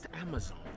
Amazon